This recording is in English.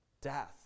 Death